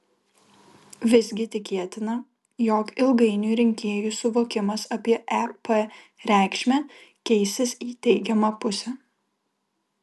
visgi tikėtina jog ilgainiui rinkėjų suvokimas apie ep reikšmę keisis į teigiamą pusę